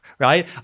right